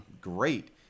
great